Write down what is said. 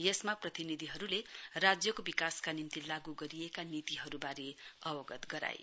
यसमा प्रतिनिधिहरूले राज्यको विकासका निम्ति लागू गरिएका नीतिहरूबारे अवगत गराए